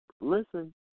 listen